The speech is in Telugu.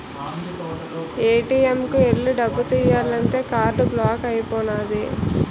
ఏ.టి.ఎం కు ఎల్లి డబ్బు తియ్యాలంతే కార్డు బ్లాక్ అయిపోనాది